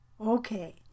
Okay